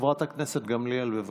חברת הכנסת גמליאל, בבקשה.